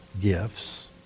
gifts